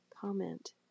comment